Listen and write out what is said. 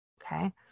Okay